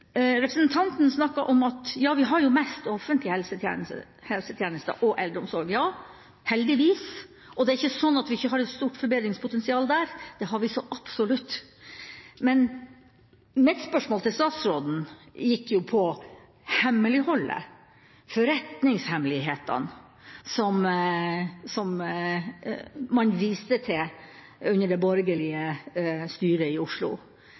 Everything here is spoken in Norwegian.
Representanten snakker om at vi har mest offentlige helsetjenester og offentlig eldreomsorg. Ja, heldigvis. Det er ikke sånn at vi ikke har et stort forbedringspotensial der. Det har vi så absolutt. Men mitt spørsmål til statsråden gikk på hemmeligholdet, forretningshemmelighetene, som man viste til under det borgerlige styret i Oslo.